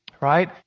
Right